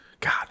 God